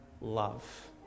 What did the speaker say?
love